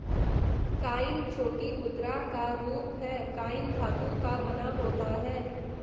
coin छोटी मुद्रा का रूप है कॉइन धातु का बना होता है